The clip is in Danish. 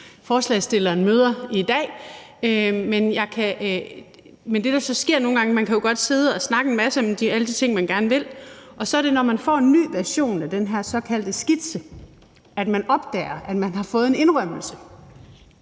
forslagsstilleren møder i dag. Men det, der så sker nogle gange – man kan jo godt sidde og snakke en masse om alle de ting, man gerne vil – er, at man så får en ny version af den her såkaldte skitse, hvor man opdager, at man har fået en indrømmelse.